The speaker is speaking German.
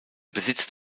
besitzt